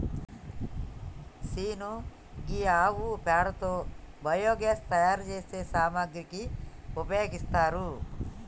scene గీ ఆవు పేడతో బయోగ్యాస్ తయారు సేసే సామాగ్రికి ఉపయోగిత్తారు